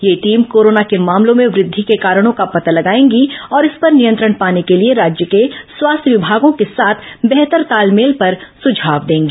ये team corona के मामलों में वृद्धि के कारणों का पता लगायेंगी और इस पर नियंत्रण पाने के लिए राज्य के स्वास्थ्य विभागों के साथ बेहतर तालमेल पर सुझाव देंगी